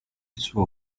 suo